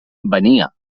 venia